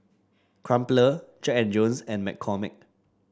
Crumpler Jack And Jones and McCormick